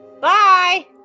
Bye